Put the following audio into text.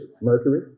mercury